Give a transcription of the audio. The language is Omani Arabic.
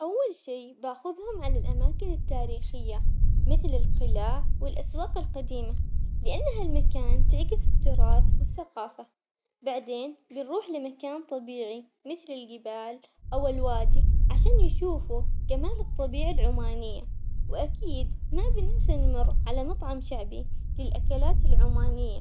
أول شي باخذهم على الأماكن التاريخية مثل القلاع والأسواق القديمة، لأن هالمكان تعكس التراث والثقافة بعدين بنروح لمكان طبيعي مثل الجبال أو الوادي عشان يشوفوا جمال الطبيعة العمانية، واكيد ما بننسى نمر على مطعم شعبي للأكلات العمانية.